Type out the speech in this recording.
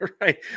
Right